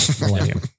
millennium